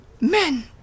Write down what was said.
Men